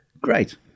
great